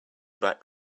back